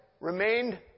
remained